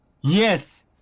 Yes